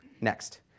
Next